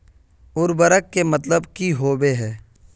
उर्वरक के मतलब की होबे है?